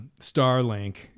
Starlink